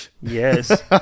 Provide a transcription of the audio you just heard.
Yes